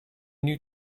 new